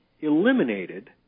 eliminated